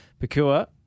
Pakua